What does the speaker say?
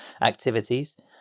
activities